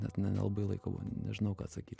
net nelabai laiko buvo nežinau ką atsakyt